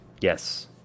yes